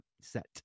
set